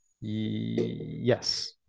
Yes